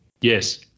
Yes